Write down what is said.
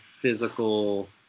physical